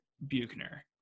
Buchner